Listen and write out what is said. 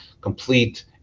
complete